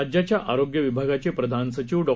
राज्याच्या आरोग्य विभागाचे प्रधान सचिव डॉ